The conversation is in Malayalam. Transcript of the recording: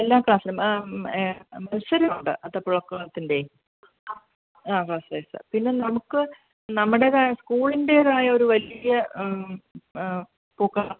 എല്ലാ ക്ലാസ്സിലും അത്തപൂക്കളത്തിൻറെ ആ പിന്നെ നമുക്ക് നമ്മുടേതായ സ്കൂളിൻറേതായൊരു വലിയ പൂക്കളം